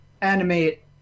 animate